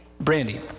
Brandy